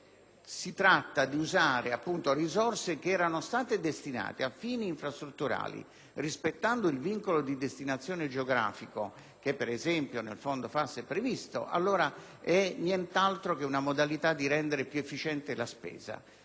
si tratta di usare risorse che erano state destinate a fini infrastrutturali, rispettando il vincolo di destinazione geografico, che, per esempio, nel fondo FAS è previsto, allora è nient'altro che una modalità di rendere più efficiente la spesa;